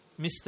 Mr